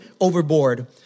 overboard